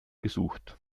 gesucht